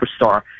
superstar